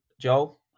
Joel